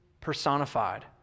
personified